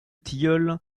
tilleuls